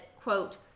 quote